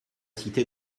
citer